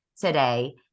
today